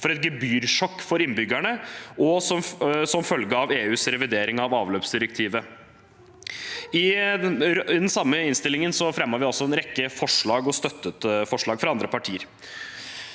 for et gebyrsjokk for innbyggerne som følge av EUs revidering av avløpsdirektivet. I den samme innstillingen fremmet vi også en rekke forslag, og vi støttet forslag fra andre partier.